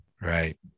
right